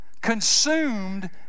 consumed